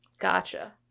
Gotcha